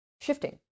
shifting